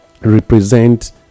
represent